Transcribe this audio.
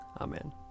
Amen